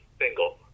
single